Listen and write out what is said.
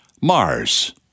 Mars